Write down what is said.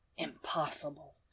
impossible